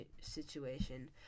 situation